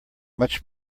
much